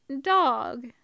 Dog